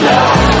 Love